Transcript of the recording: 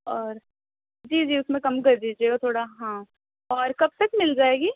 اور جی جی اُس میں کم کر دیجیےگا تھوڑا ہاں اور کب تک مل جائے گی